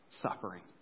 Suffering